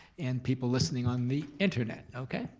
and people listening on the internet, okay?